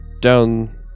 down